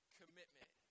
commitment